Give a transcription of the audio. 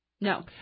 No